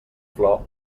flor